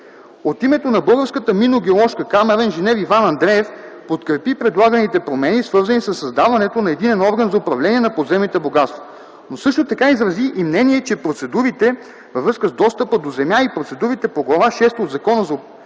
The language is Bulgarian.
От името на Българската минно-геоложка камара, инж. Иван Андреев подкрепи предлаганите промени, свързани със създаването на единен орган за управление на подземните богатства. Но също така изрази и мнение, че процедурите във връзка с достъпа до земя и процедурите по Глава шеста от Закона за опазване